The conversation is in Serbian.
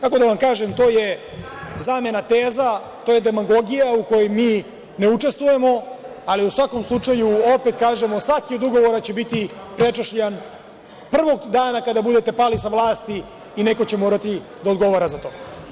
Kako da vam kažem, to je zamena teza, to je demagogija u kojoj mi ne učestvujemo, ali u svakom slučaju, opet kažemo, svaki od ugovora će biti prečešljan prvog dana kada budete pali sa vlasti i neko će morati da odgovara za to.